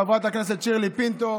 לחברת הכנסת שירלי פינטו.